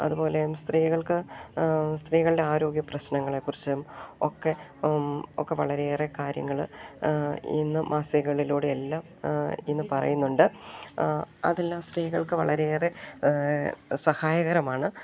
അതു പോലെ സ്ത്രീകൾക്ക് സ്ത്രീകളുടെ ആരോഗ്യ പ്രശ്നങ്ങളെക്കുറിച്ചും ഒക്കെ ഒക്കെ വളരെയേറെ കാര്യങ്ങൾ ഇന്ന് മാസികകളിലൂടെ എല്ലാം ഇന്ന് പറയുന്നുണ്ട് അതെല്ലാം സ്ത്രീകൾക്ക് വളരെയേറേ സഹായകരമാണ്